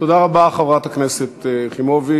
תודה רבה, חברת הכנסת יחימוביץ.